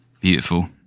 Beautiful